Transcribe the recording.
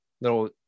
little